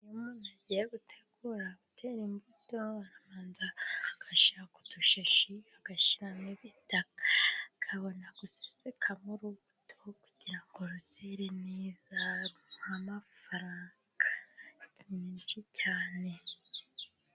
Iyo umuntu agiye gutegura gutera imbuto，arabanza agashyira ku dushashi，agashyiramo ibitaka，akabona gusesekamo urubuto，kugira ngo ruzere neza，rumuhe amafaranga，menshi cyane.